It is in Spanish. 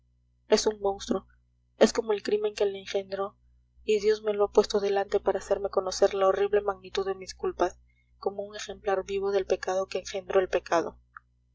es un monstruo es como el crimen que le engendró y dios me lo ha puesto delante para hacerme conocer la horrible magnitud de mis culpas como un ejemplar vivo del pecado que engendró el pecado